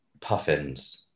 puffins